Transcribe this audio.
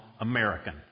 American